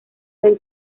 del